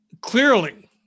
clearly